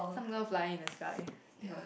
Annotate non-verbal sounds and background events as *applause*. some girl flying in the sky *breath*